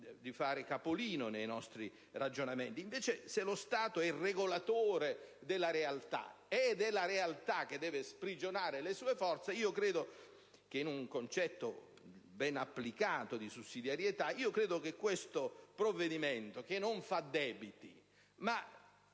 per fare capolino nei nostri ragionamenti. Invece, se lo Stato è il regolatore della realtà ed è la realtà che deve sprigionare le sue forze, in un concetto ben applicato di sussidiarietà, io credo che questo provvedimento (che non fa debiti),